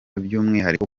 by’umwihariko